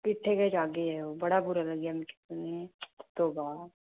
किट्ठे गै जाग्गै बड़ा बुरा लग्गेआ मिगी सुनियै तौबा